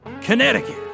Connecticut